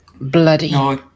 Bloody